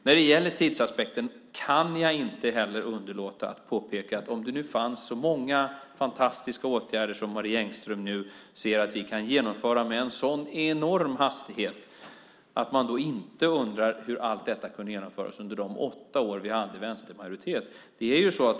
När det gäller tidsaspekten kan jag inte heller underlåta att påpeka att om det finns så många fantastiska åtgärder, som Marie Engström nu ser att vi kan genomföra med en enorm hastighet, varför kunde inte allt detta genomföras under de åtta år vi hade vänstermajoritet?